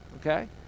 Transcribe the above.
okay